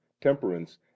temperance